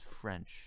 French